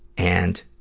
and,